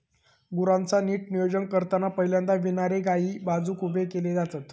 गुरांचा नीट नियोजन करताना पहिल्यांदा विणारे गायी बाजुक उभे केले जातत